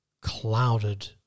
clouded